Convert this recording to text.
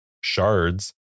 shards